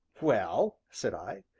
well? said i.